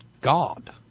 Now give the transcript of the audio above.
god